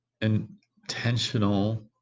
intentional